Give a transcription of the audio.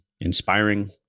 inspiring